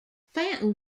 fountain